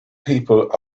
people